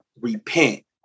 repent